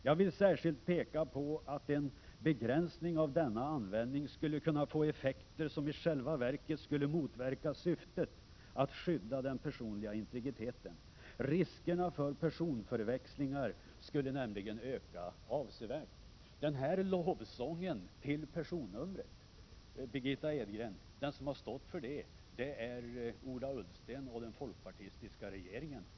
Jag vill särskilt peka på att en begränsning av denna användning skulle kunna få effekter som i själva verket skulle motverka syftet att skydda den personliga integriteten. Riskerna för personförväxlingar skulle nämligen öka avsevärt.” De som har stått för den här lovsången till personnumren, Margitta — Prot. 1987/88:21 Edgren, är Ola Ullsten och den folkpartistiska regeringen.